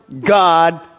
God